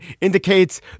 indicates